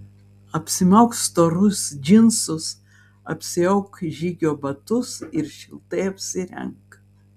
apsimauk storus džinsus apsiauk žygio batus ir šiltai apsirenk